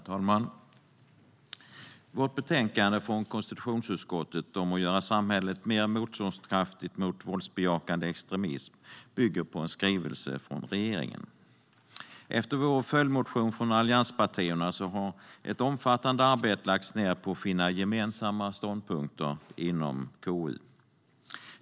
Herr talman! Vårt betänkande från konstitutionsutskottet om att göra samhället mer motståndskraftigt mot våldsbejakande extremism bygger på en skrivelse från regeringen. Efter vår följdmotion från allianspartierna har ett omfattande arbete lagts ned på att finna gemensamma ståndpunkter inom KU.